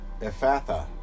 Ephatha